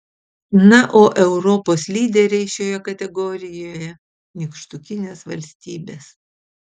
na o europos lyderiai šioje kategorijoje nykštukinės valstybės